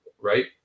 right